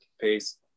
Peace